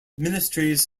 ministries